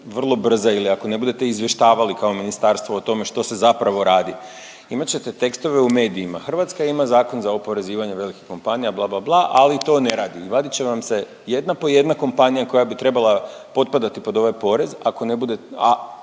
vrlo brza ili ako ne budete izvještavali kao ministarstvo o tome što se zapravo radi, imat ćete tekstove u medijima. Hrvatska ima zakon za oporezivanje velikih kompanija, bla bla bla, ali to ne radi, vadit će vam se jedna po jedna kompanija koja bi trebala potpadati pod ovaj porez ako ne bude,